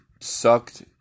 sucked